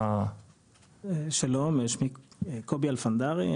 שלום, שמי קובי אלפנדרי.